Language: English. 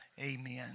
amen